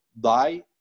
die